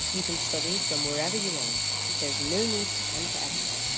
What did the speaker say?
you can study from wherever you are there's no need to come to um